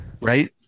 right